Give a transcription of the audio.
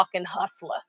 hustler